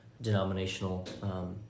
denominational